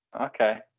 Okay